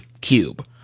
Cube